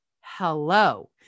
Hello